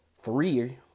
three